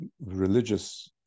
religious